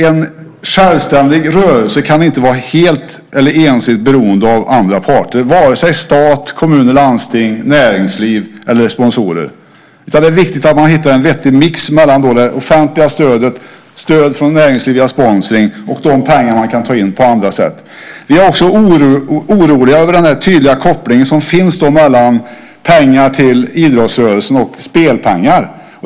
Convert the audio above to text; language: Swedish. En självständig rörelse kan inte vara helt eller ensidigt beroende av andra parter, vare sig stat, kommun och landsting, näringsliv eller sponsorer, utan det är viktigt att man hittar en vettig mix mellan det offentliga stödet, stöd från näringslivet via sponsring och de pengar som man kan ta in på andra sätt. Vi är också oroliga över den tydliga koppling som finns mellan pengar till idrottsrörelsen och spelpengar.